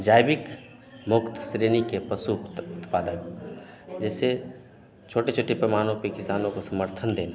जैविक मुक्त श्रेणी के पशु उत्पादक जैसे छोटे छोटे पैमानों पर किसानों को समर्थन देना